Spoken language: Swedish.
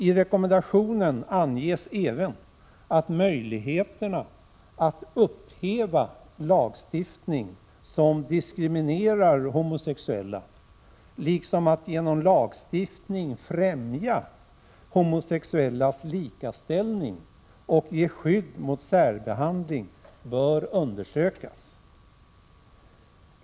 I rekommendationen anges även att möjligheterna att upphäva lagstiftning som diskriminerar homosexuella, liksom att genom lagstiftning främja homosexuellas likaställning och ge skydd mot särbehandling, bör undersökas.